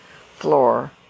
floor